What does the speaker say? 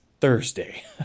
Thursday